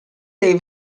dei